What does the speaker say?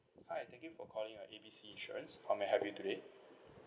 hi thank you for calling A B C insurance how may I help you today